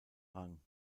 rang